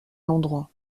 l’endroit